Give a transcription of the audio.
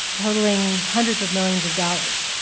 totaling hundreds of millions of dollars.